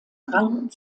rang